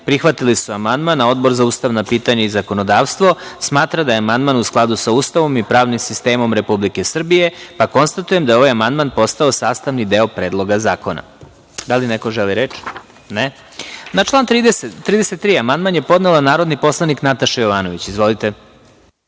prihvatili su amandman. Odbor za ustavna pitanja i zakonodavstvo smatra da je amandman u skladu sa Ustavom i pravnim sistemom Republike Srbije. Konstatujem da je ovaj amandman postao sastavni deo predloga zakona. Da li neko želi reč? (Ne)Na član 33. amandman je podnela narodni poslanik Nataša Jovanović. Izvolite.